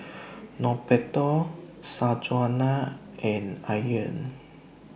Norberto Sanjuana and Ian